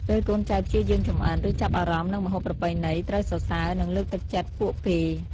ពេលកូនចៅព្យាយាមចម្អិន ឬចាប់អារម្មណ៍នឹងម្ហូបប្រពៃណី ត្រូវសរសើរ និងលើកទឹកចិត្តពួកគេ។